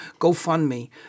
GoFundMe